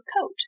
coat